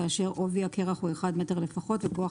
כאשר עובי הקרח הוא 1 מטר לפחות וכוח